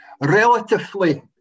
relatively